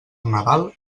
nadal